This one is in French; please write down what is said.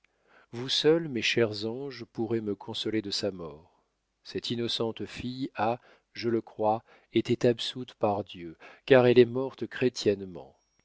vous seuls mes chers anges pourrez me consoler de sa mort cette innocente fille a je le crois été absoute par dieu car elle est morte